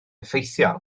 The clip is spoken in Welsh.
effeithiol